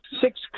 six